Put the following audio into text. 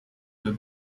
that